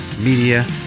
Media